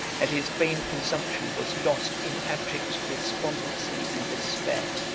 and his vain presumption was lost in abject despondency and despair.